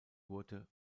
wurde